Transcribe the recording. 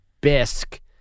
bisque